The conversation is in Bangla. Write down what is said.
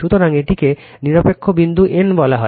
সুতরাং এটিকে নিরপেক্ষ বিন্দু n বলা হয়